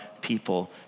people